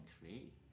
create